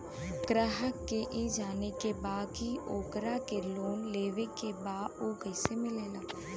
ग्राहक के ई जाने के बा की ओकरा के लोन लेवे के बा ऊ कैसे मिलेला?